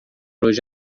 hoje